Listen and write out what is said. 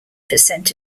percent